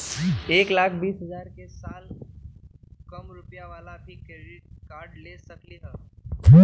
एक लाख बीस हजार के साल कम रुपयावाला भी क्रेडिट कार्ड ले सकली ह?